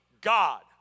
God